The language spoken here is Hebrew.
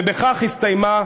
ובכך הסתיימה,